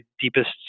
deepest